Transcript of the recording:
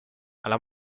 alla